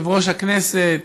יושב-ראש הישיבה,